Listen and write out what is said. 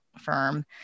firm